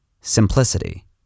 simplicity